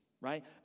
right